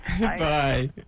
Bye